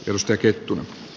kirsti kettunen